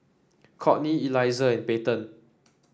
Kourtney Eliezer and Payten